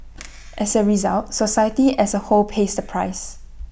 as A result society as A whole pays the price